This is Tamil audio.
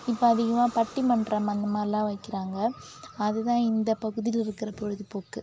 இப்போ அதிகமாக பட்டிமன்றம் அந்த மாதிரிலாம் வைக்கிறாங்க அதுதான் இந்த பகுதியில் இருக்கிற பொழுதுபோக்கு